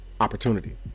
opportunity